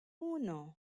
uno